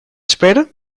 espera